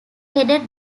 headed